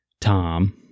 Tom